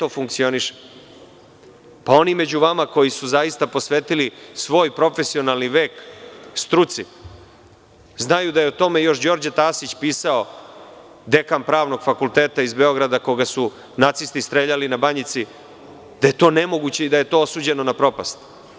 Oni među vama koji su zaista posvetili svoj profesionalni vek struci, znaju da je o tome još Đorđe Tasić pisao, dekan Pravnog fakulteta iz Beograda koga su nacisti streljali na Banjici, da je to nemoguće i da je to osuđeno na propast.